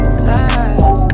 slide